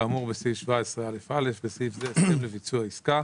כאמור בסעיף 17א(א)ף (בסעיף זה הסכם לביצוע עסקה),